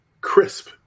crisp